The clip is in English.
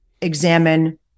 examine